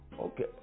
okay